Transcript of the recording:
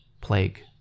plague